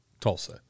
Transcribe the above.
Tulsa